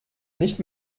nicht